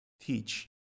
teach